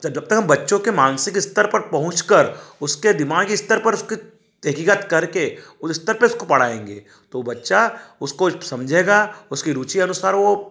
जब तक हम बच्चों के मानसिक स्तर पर पहुँच कर उसके दिमागी स्तर पर उसकी तहकीकात करके उस स्तर पर उसको पढ़ाएँगे तो वह बच्चा उसको समझेगा उसकी रुचि अनुसार वह